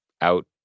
out